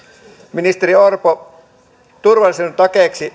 ministeri orpo turvallisuuden takeeksi